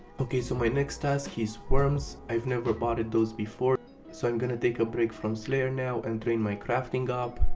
ok so my next task is wyrms, ive never botted those before so im gonna take a break from slayer now and train my crafting up.